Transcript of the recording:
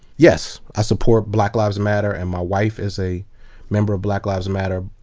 yes. i support black lives matter and my wife is a member of black lives matter.